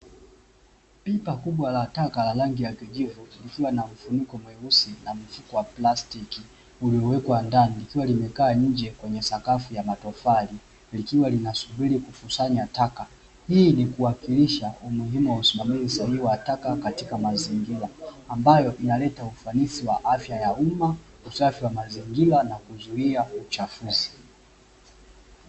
Pipa kubwa la taka la rangi ya kijivu likiwa na mfuniko mweusi na mfuko wa plastiki uliowekwa ndani, likiwa limekaa nje kwenye sakafu ya matofali likiwa linasubiri kukusanya taka. Hii ni kuwakilisha umuhimu wa usimamizi sahihi wa taka katika mazingira ambayo inaleta ufanisi wa afya ya umma, ufanisi wa mazingira na kuzuia uchafuzi.